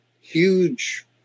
huge